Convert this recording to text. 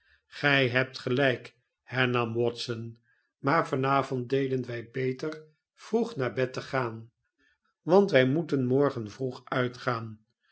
gij hebt gelijk hernam watson maar van avond deden wij beter vroeg naar bed te gaan want wij moeten morgen vroeg uitgaan